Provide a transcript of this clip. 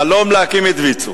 חלום להקים את ויצו.